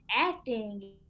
acting